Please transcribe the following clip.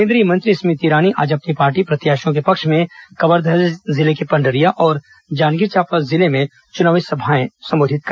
केंद्रीय मंत्री स्मृति ईरानी आज अपनी पार्टी प्रत्याशियों के पक्ष में कवर्धा जिले के पंडरिया और जांजगीर चांपा जिले में चुनावी सभाओं को संबोधित किया